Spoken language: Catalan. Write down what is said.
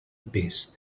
pes